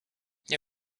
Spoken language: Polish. nie